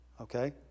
okay